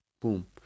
boom